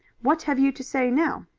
what have you to say now?